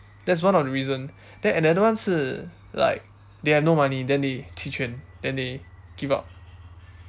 that's one of the reason then another one 是 like they have no money then they 弃权 then they give up